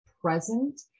present